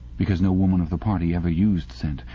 because no woman of the party ever used scent,